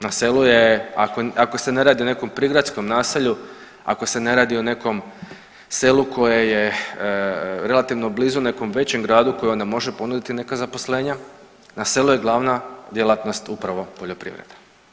Na selu je, ako se ne radi o nekom prigradskom naselju, ako se ne radi o nekom selu koje je relativno blizu nekom većem gradu koji onda može ponuditi neka zaposlenja, na selu je glavna djelatnost upravo poljoprivreda.